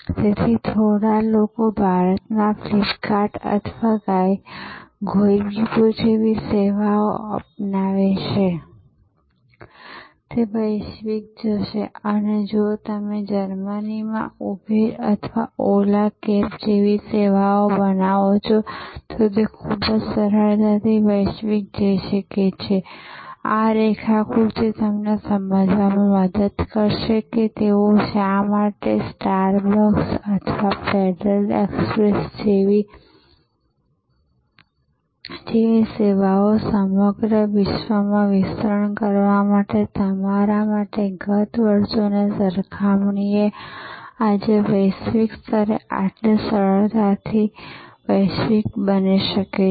તેથી થોડા લોકો ભારતમાં ફ્લિપકાર્ટ અથવા ગોઇબીબો જેવી સેવા બનાવે છે તે વૈશ્વિક જશે જો તમે જર્મનીમાં ઉબેર અથવા ઓલા કેબ જેવી સેવા બનાવો છો તો તે ખૂબ જ સરળતાથી વૈશ્વિક જઈ શકે છે આ રેખાકૃતિ તમને તે સમજવામાં મદદ કરશે કે તેઓ શા માટે જ્યારે સ્ટાર બક્સ અથવા ફેડરલ એક્સપ્રેસ જેવી સેવાઓ સમગ્ર વિશ્વમાં વિસ્તરણ કરવા માટે તમારા માટે ગત વર્ષોની સરખામણીએ આજે વૈશ્વિક સ્તરે આટલી સરળતાથી વૈશ્વિક બની શકે છે